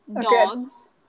dogs